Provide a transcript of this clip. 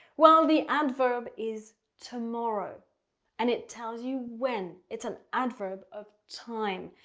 well the adverb is tomorrow and it tells you when. it's an adverb of time.